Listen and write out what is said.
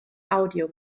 audio